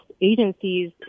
agencies